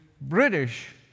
British